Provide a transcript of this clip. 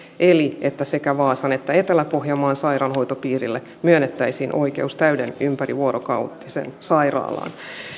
eli sen että sekä vaasan että etelä pohjanmaan sairaanhoitopiirille myönnettäisiin oikeus täyteen ympärivuorokautiseen sairaalaan